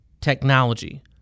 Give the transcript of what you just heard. technology